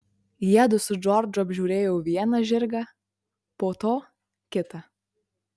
jiedu su džordžu apžiūrėjo vieną žirgą po to kitą